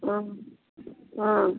ஆ ஆ